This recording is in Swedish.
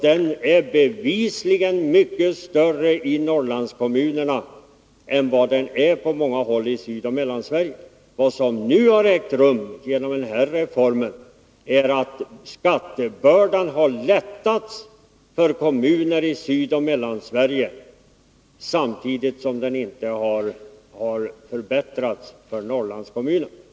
Den är bevisligen mycket större i Norrlandskommunerna än den är på många håll i Sydoch Mellansverige. Vad som har hänt — som en följd av den här reformen — är att skattebördan har lättats för kommuner i Sydoch Mellansverige. Men samtidigt har det inte blivit någon förbättring för Norrlandskommunerna.